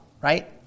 right